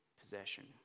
possession